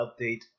update